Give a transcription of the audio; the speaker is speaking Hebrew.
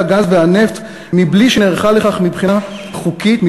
הגז והנפט בלי שנערכה לכך מבחינה חוקית,